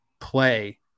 play